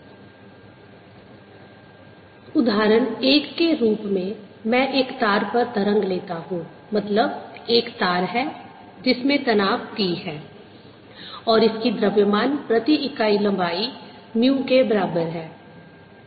∂x±1v∂t 2x21v22t2 2fx21v22ft2 उदाहरण 1 के रूप में मैं एक तार पर तरंग लेता हूं मतलब एक तार है जिसमें तनाव T है और इसकी द्रव्यमान प्रति इकाई लंबाई म्यू के बराबर है